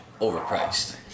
overpriced